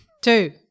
Two